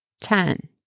Ten